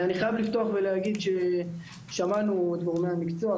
אני חייב לפתוח ולהגיד ששמענו את גורמי המקצוע.